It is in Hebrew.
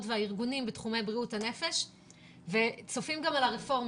והארגונים בתחומי בריאות הנפש וצופים גם על הרפורמה.